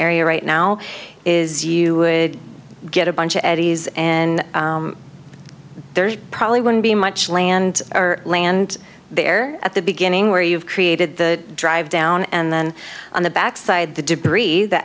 area right now is you would get a bunch of eddies and there probably wouldn't be much land or land there at the beginning where you've created the drive down and then on the back side the debris the